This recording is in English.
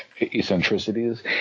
eccentricities